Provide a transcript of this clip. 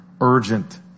urgent